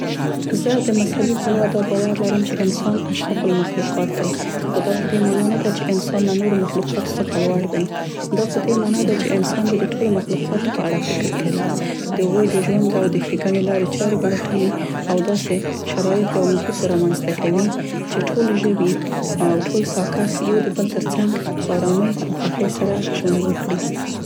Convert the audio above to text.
زه د مذهبي پلوه دا باور لرم چې انسان اشرف المخلوقات دی خو دا په دې معنا نه ده چې انسان له نورو مخلوقاتو څخه لوړ دی. دا په دې معنا ده چې انسان به د ټولو مخلوقاتو په اړه فکر کوي. ګڼې لارې چارې به لټوي او داسې شرایط یا محیط به رامنځته کوي چې ټول ژوي د هغوی د ژوند او د ښې او ټول ساه کښ یو د بل تر څنګ په ارامۍ او خوښۍ سره ژوند وکړي.